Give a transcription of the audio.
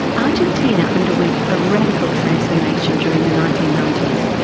argentina underwent a radical transformation during the nineteen ninety s,